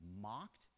mocked